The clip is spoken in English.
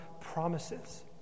promises